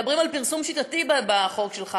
מדברים על פרסום שיטתי בחוק שלך,